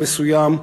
המסוים,